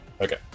Okay